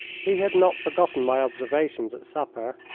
he had not forgotten my observations at supper.